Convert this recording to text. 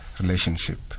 relationship